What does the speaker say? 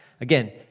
Again